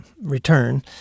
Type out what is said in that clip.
return